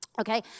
okay